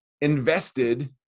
invested